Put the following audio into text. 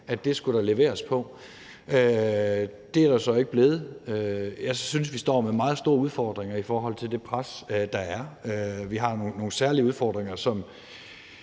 at det skulle der leveres på. Det er der så ikke blevet. Jeg synes, vi står med meget store udfordringer i forhold til det pres, der er. Vi har nogle særlige udfordringer, som